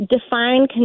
define